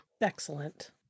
Excellent